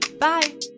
bye